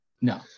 No